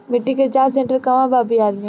मिटी के जाच सेन्टर कहवा बा बिहार में?